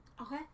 Okay